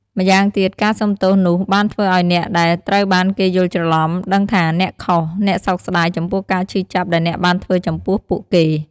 ម្យ៉ាងទៀត ការសុំទោសនោះបានធ្វើឲ្យអ្នកដែលត្រូវបានគេយល់ច្រឡុំដឹងថាអ្នកខុស អ្នកសោកស្ដាយចំពោះការឈឺចាប់ដែលអ្នកបានធ្វើចំពោះពួកគេ។